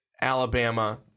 Alabama